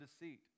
deceit